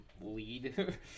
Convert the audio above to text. lead